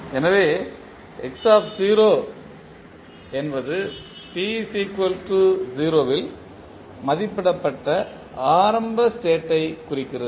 எனவே x என்பது t 0 இல் மதிப்பிடப்பட்ட ஆரம்ப ஸ்டேட்யைக் குறிக்கிறது